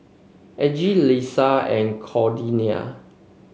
Algie Leesa and Cordelia